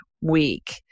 week